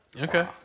Okay